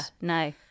No